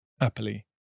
happily